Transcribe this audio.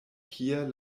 kie